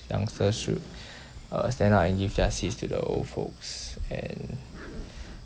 youngsters should uh stand up and give their seats to the old folks and